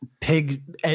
pig